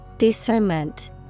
Discernment